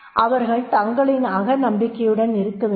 அவர்கள் தங்களின் அக நம்பிக்கையுடன் இருக்க வேண்டும்